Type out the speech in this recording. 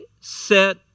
set